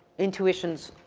intuition's